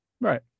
Right